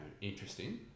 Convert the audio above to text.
interesting